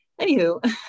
Anywho